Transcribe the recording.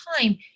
time